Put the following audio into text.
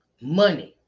money